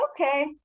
okay